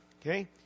Okay